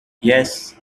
yes